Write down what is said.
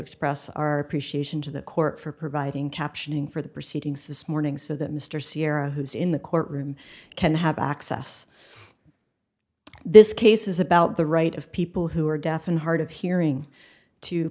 express our appreciation to the court for providing captioning for the proceedings this morning so that mr sierra who's in the courtroom can have access this case is about the right of people who are deaf and hard of hearing to